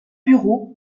bureau